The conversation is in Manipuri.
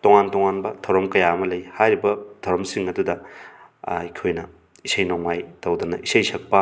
ꯇꯣꯉꯥꯟ ꯇꯣꯉꯥꯟꯕ ꯊꯧꯔꯝ ꯀꯌꯥ ꯑꯃ ꯂꯩ ꯍꯥꯏꯔꯤꯕ ꯊꯧꯔꯝꯁꯤꯡ ꯑꯗꯨꯗ ꯑꯩꯈꯣꯏꯅ ꯏꯁꯩ ꯅꯣꯡꯃꯥꯏ ꯇꯧꯗꯅ ꯏꯁꯩ ꯁꯛꯄ